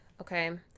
Okay